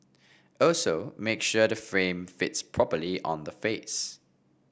also make sure the frame fits properly on the face